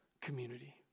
community